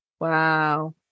Wow